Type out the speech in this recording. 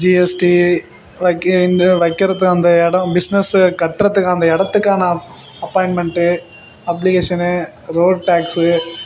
GST வக்க இந்த வைக்கிறதுக்கு அந்த இடம் பிஸ்னஸ்ஸு கட்டுறதுக்கு அந்த இடத்துக்கான அப் அப்பாயின்மெண்ட்டு அப்ளிகேஷனு ரோட் டேக்ஸு